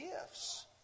gifts